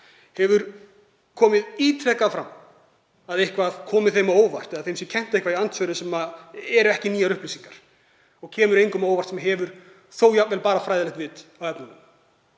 hefur komið ítrekað fram að eitthvað komi þeim á óvart eða þeim kennt eitthvað í andsvörum sem eru ekki nýjar upplýsingar og kemur engum á óvart sem hefur þó jafnvel bara fræðilegt vit á efninu.